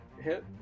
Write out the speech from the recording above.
hit